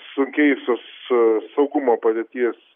sunkėjusios saugumo padėties